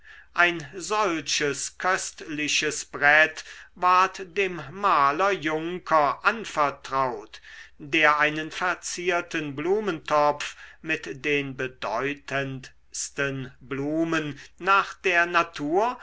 ein solches köstliches brett ward dem maler juncker anvertraut der einen verzierten blumentopf mit den bedeutendsten blumen nach der natur